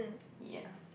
ya